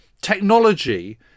technology